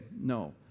No